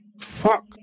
fuck